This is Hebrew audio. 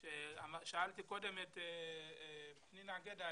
שאלתי קודם את פנינה אגניהו,